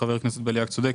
חבר הכנסת בליאק צודק,